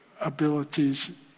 abilities